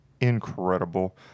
incredible